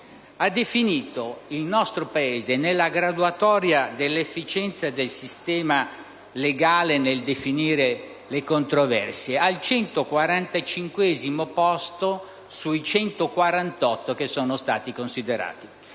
ha definito il nostro Paese, nella graduatoria dell'efficienza del sistema legale nel definire le controversie, al 145° posto sui 148 che sono stati considerati.